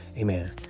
Amen